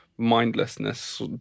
mindlessness